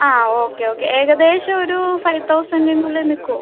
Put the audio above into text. ആ okay okay ഏകദേശം ഒരു ഫൈവ് തൗസൻറെ ഉള്ളിൽ നിൽക്കുമോ